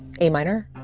a minor.